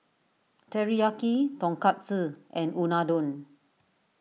Teriyaki Tonkatsu and Unadon